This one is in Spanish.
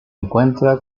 encuentra